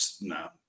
no